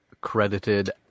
credited